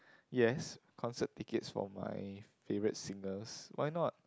yes concert tickets from my favourite singers why not